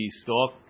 stop